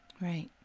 right